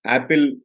Apple